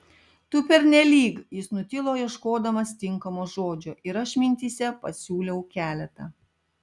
tu pernelyg jis nutilo ieškodamas tinkamo žodžio ir aš mintyse pasiūliau keletą